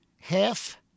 half